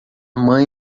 mãe